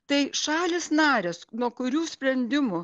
tai šalys narės nuo kurių sprendimų